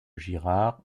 girard